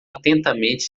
atentamente